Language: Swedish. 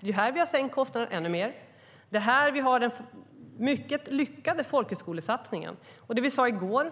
Här har vi sänkt kostnaden ännu mer, och vi har den mycket lyckade folkhögskolesatsningen. Och i går